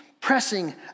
pressing